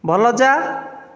ଭଲ ଚା